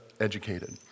educated